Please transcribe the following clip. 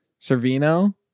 Servino